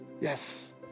Yes